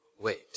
wait